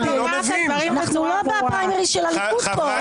אנחנו לא בפריימריז של הליכוד פה,